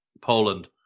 Poland